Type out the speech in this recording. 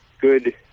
good